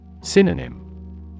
Synonym